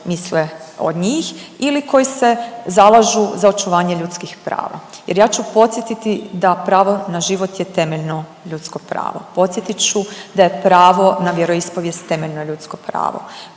misle od njih ili koji se zalažu za očuvanje ljudskih prava. Jer ja ću podsjetiti da pravo na život je temeljno ljudsko pravo, podsjetit ću da je pravo na vjeroispovijest temeljno ljudsko pravo,